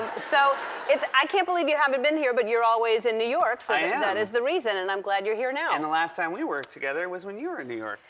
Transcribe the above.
so it's i can't believe you haven't been here, but you're always in new york, so that is the reason. and i'm glad you're here now. and the last time we worked together was when you were in new york.